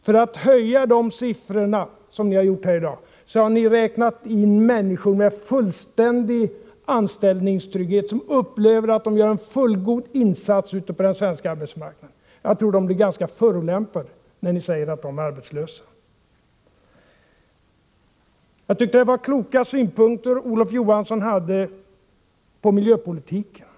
För att höja siffrorna, som ni har gjort här i dag, har ni räknat in människor med fullständig anställningstrygghet, människor som upplever att de gör en fullgod insats på den svenska arbetsmarknaden. Jag tror att de blir ganska förolämpade när ni säger att de är arbetslösa. Jag tyckte det var kloka synpunkter som Olof Johansson hade på miljöpolitiken.